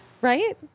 Right